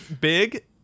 big